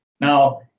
Now